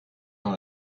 dans